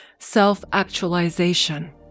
self-actualization